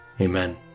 Amen